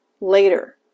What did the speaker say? later